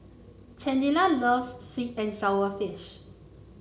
Candida loves sweet and sour fish